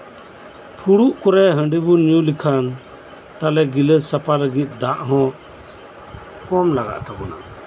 ᱯᱷᱩᱲᱩᱜ ᱠᱚᱨᱮ ᱦᱟᱺᱰᱤ ᱵᱚᱱ ᱧᱩ ᱞᱮᱠᱷᱟᱱ ᱛᱟᱦᱞᱮ ᱜᱤᱞᱟᱹᱥ ᱥᱟᱯᱷᱟ ᱞᱟᱹᱜᱤᱫ ᱫᱟᱜ ᱦᱚᱸ ᱠᱚᱢ ᱞᱟᱜᱟᱜ ᱛᱟᱵᱳᱱᱟ